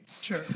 Sure